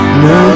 no